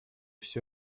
всё